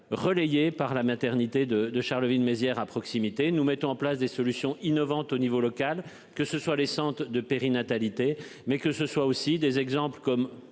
Relayée par la maternité de de Charleville-Mézières à proximité nous mettent en place des solutions innovantes au niveau local, que ce soit les Centres de périnatalité, mais que ce soit aussi des exemples comme